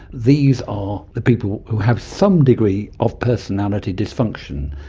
these are the people who have some degree of personality dysfunction.